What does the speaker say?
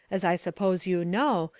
as i suppose you know,